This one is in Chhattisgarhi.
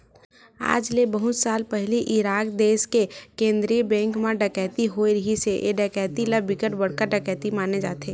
आज ले बहुत साल पहिली इराक देस के केंद्रीय बेंक म डकैती होए रिहिस हे ए डकैती ल बिकट बड़का डकैती माने जाथे